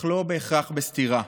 אך לא בהכרח בסתירה.